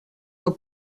del